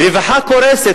הרווחה קורסת.